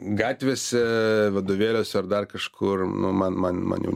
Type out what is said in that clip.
gatvėse vadovėliuose ar dar kažkur nu man man man jau